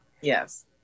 yes